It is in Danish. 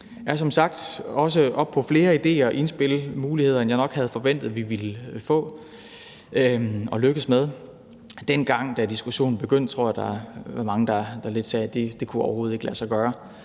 er som sagt også oppe på flere idéer, indspil og muligheder, end jeg nok havde forventet at vi ville få og lykkes med. Dengang diskussionen begyndte, tror jeg at der var mange, der lidt sagde, at det overhovedet ikke kunne lade sig gøre,